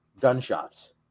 gunshots